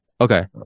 Okay